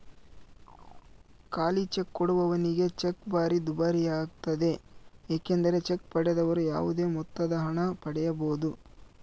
ಖಾಲಿಚೆಕ್ ಕೊಡುವವನಿಗೆ ಚೆಕ್ ಭಾರಿ ದುಬಾರಿಯಾಗ್ತತೆ ಏಕೆಂದರೆ ಚೆಕ್ ಪಡೆದವರು ಯಾವುದೇ ಮೊತ್ತದಹಣ ಬರೆಯಬೊದು